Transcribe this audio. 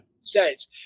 states